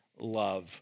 love